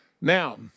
Now